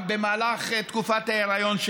בוא נאמר, משהו שמאפיין בעיקר נשים ממעמד הביניים,